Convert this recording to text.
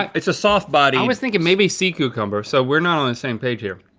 it's a soft body. i was thinking maybe sea cucumber so we're not on the same page here.